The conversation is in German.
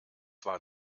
war